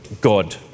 God